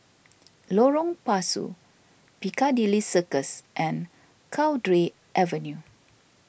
Lorong Pasu Piccadilly Circus and Cowdray Avenue